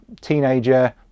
teenager